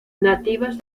nativas